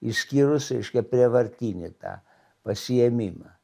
išskyrus reiškia prievartinį tą pasiėmimą